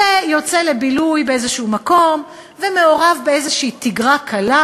שיוצא לבילוי באיזשהו מקום ומעורב באיזושהי תגרה קלה,